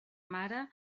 mare